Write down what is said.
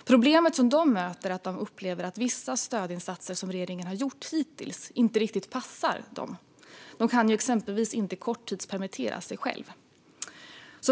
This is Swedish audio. Ett problem som de upplever är att vissa stödinsatser som regeringen hittills har gjort inte riktigt passar dem. De kan exempelvis inte korttidspermittera sig själva.